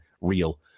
real